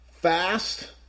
Fast